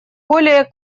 более